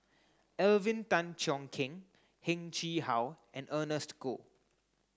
Alvin Tan Cheong Kheng Heng Chee How and Ernest Goh